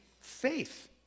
faith